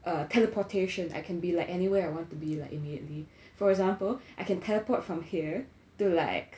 err teleportation I can be like anywhere I want to be like immediately for example I can teleport from here to like